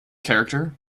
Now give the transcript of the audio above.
character